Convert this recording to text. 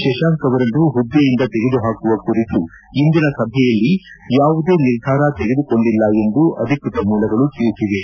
ಶಶಾಂಕ್ ಅವರನ್ನು ಹುದ್ದೆಯಿಂದ ತೆಗೆದು ಹಾಕುವ ಕುರಿತು ಇಂದಿನ ಸಭೆಯಲ್ಲಿ ಯಾವುದೇ ನಿರ್ಧಾರ ತೆಗೆದುಕೊಂಡಿಲ್ಲ ಎಂದು ಅಧಿಕೃತ ಮೂಲಗಳು ತಿಳಿಸಿವೆ